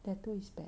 tattoo is bad